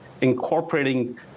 incorporating